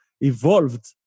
evolved